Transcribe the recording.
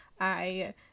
I-